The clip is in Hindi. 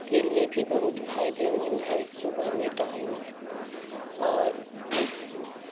के लिए भी बहुत फायदेमंद है सुबह में टहलना और